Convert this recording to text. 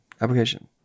application